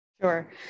Sure